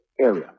area